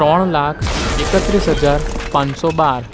ત્રણ લાખ એકત્રીસ હજાર પાંચસો બાર